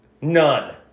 None